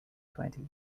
twenty